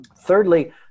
Thirdly